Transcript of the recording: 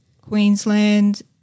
Queensland